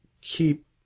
keep